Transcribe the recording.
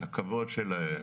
את הכבוד שלהם,